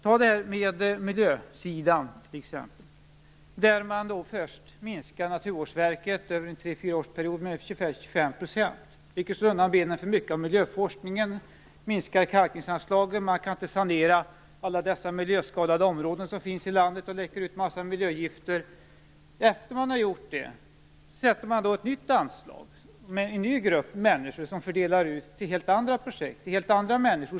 Ta miljösidan t.ex. Där minskar man ned när det gäller Naturvårdsverket med ungefär 25 % över en period på tre fyra år. Det slår undan benen för mycket av miljöforskningen. Man minskar kalkningsanslagen. Man kan inte sanera alla de miljöskadade områden som finns i landet där det läcker ut en massa miljögifter. Efter att man har gjort det, sätter man upp ett nytt anslag, där en ny grupp människor fördelar pengarna till helt andra projekt och till helt andra personer.